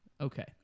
Okay